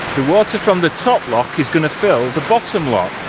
the water from the top lock is going to fill the bottom lock,